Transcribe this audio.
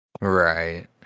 right